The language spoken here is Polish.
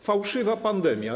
Fałszywa pandemia.